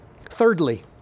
Thirdly